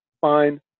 fine